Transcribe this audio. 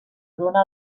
dóna